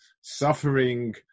suffering